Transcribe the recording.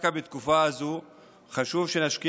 דווקא על החשיבות של פעולות שבזמן הזה מקדמות את החיים